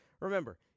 Remember